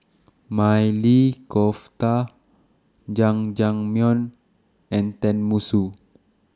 Maili Kofta Jajangmyeon and Tenmusu